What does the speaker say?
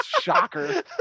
shocker